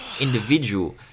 individual